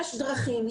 יש דרכים.